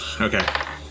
Okay